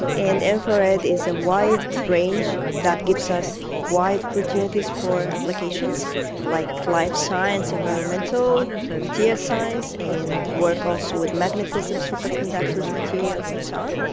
and infrared is a wide range that gives us wide opportunities for applications like life science, environmental, material science and work also with magnetism, superconductors materials and so on.